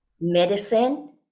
Medicine